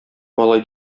алай